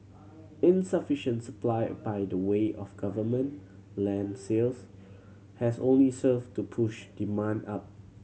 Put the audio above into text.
insufficient supply by the way of government land sales has only served to push demand up